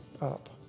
up